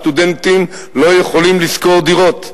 סטודנטים לא יכולים לשכור דירות.